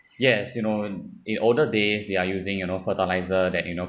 yes you know in older days they are using you know fertiliser that you know